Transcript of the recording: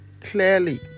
clearly